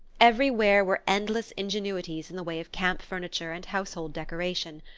everywhere were endless ingenuities in the way of camp-furniture and household decoration.